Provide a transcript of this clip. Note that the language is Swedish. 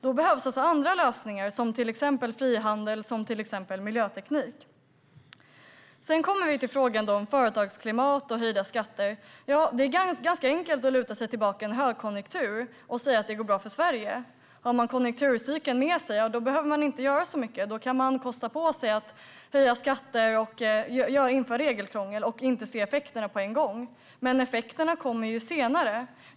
Då behövs andra lösningar, till exempel frihandel och miljöteknik. När det gäller företagsklimat och höjda skatter är det ganska enkelt att i en högkonjunktur luta sig tillbaka och säga att det går bra för Sverige. Om man har konjunkturcykeln med sig behöver man inte göra särskilt mycket. Då kan man kosta på sig att höja skatter, införa regelkrångel och inte se effekterna av det på en gång. Men effekterna kommer senare.